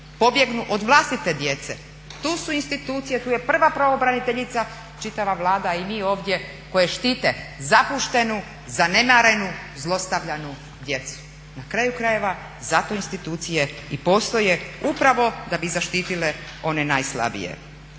pobjegnu od vlastite djece. Tu su institucije, tu je prva pravobraniteljica, čitava Vlada i mi ovdje koji štite zapuštenu, zanemarenu, zlostavljanu djecu. Na kraju krajeva zato institucije i postoje upravo da bi zaštitile one najslabije.